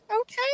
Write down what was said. okay